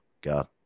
God